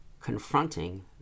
Confronting